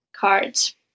cards